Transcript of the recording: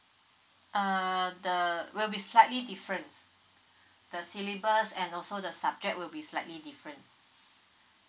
err the will be slightly different the syllabus and also the subject will be slightly different